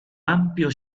ampio